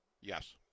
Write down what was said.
Yes